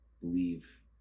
believe